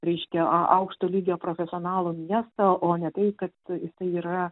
reiškia a aukšto lygio profesionalų miestą o ne tai kad tai yra